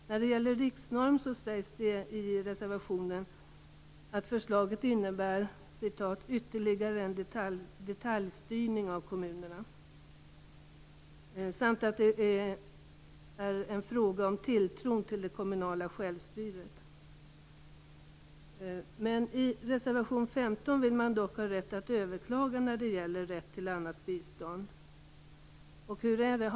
När det gäller riksnormen sägs det i en reservation att förslaget innebär "ytterligare en detaljstyrning av kommunerna". Det står också att det är en fråga om tilltron till det kommunala självstyret. I reservation 15 vill man dock ha rätt att överklaga när det gäller rätten till annat bistånd. Hur är det?